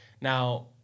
Now